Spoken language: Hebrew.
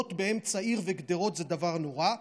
חומות באמצע עיר וגדרות זה דבר נורא,